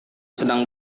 sedang